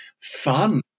fun